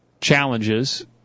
challenges –